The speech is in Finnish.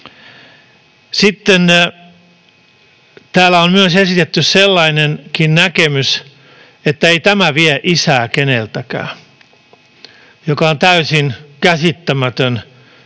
Sitten täällä on myös esitetty sellainenkin näkemys, että ei tämä vie isää keneltäkään, joka on täysin käsittämätön